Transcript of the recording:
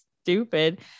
stupid